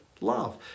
love